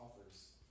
offers